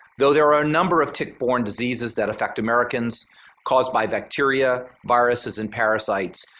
though there are a number of tick-borne diseases that affect americans caused by bacteria, viruses, and parasites,